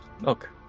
Look